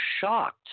shocked